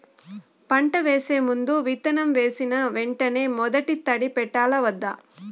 పంట వేసే ముందు, విత్తనం వేసిన వెంటనే మొదటి తడి పెట్టాలా వద్దా?